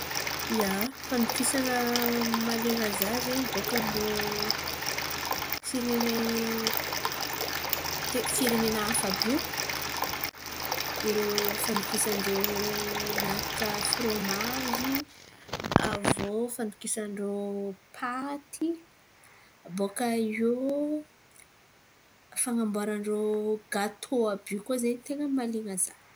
ia, fandokisana mahaliana zah zen̈y bôkà amin-drô firenen̈y te firenena hafa àby io, irô fandokisan-drô miaraka formazy avô paty bôkà eo fan̈amboaran-drô gatô io koa zen̈y ten̈a mahalian̈a zah.